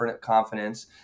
confidence